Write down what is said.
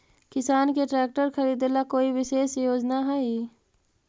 किसान के ट्रैक्टर खरीदे ला कोई विशेष योजना हई?